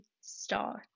start